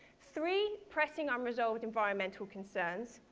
three, pressing unresolved environmental concerns.